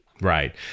Right